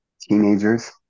teenagers